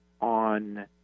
on